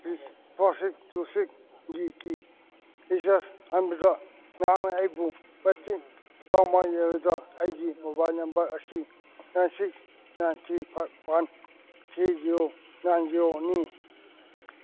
rupees four six two ꯁꯤꯛꯁꯒꯤ recharge ꯍꯥꯟꯕꯗ ꯃꯍꯥꯛꯅ ꯑꯩꯕꯨ ꯃꯇꯦꯡ ꯄꯥꯡꯕ ꯌꯥꯒꯗ꯭ꯔꯥ ꯑꯩꯒꯤ ꯃꯣꯕꯥꯏꯜ ꯅꯝꯕꯔ ꯑꯁꯤ nine six nine three five one three zero nine ꯖꯤꯔꯣꯅꯤ